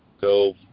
go